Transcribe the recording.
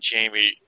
Jamie